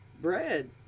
bread